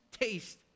taste